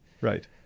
Right